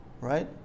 Right